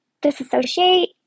disassociate